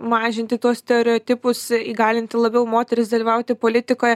mažinti tuos stereotipus įgalinti labiau moteris dalyvauti politikoje